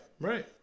right